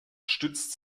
stützt